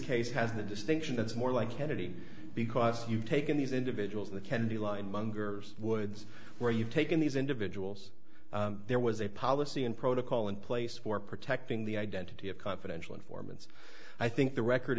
case has the distinction that's more like kennedy because you've taken these individuals that can be lined mongers woods where you've taken these individuals there was a policy and protocol in place for protecting the identity of confidential informants i think the record